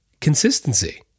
Consistency